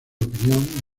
opinión